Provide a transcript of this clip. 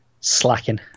slacking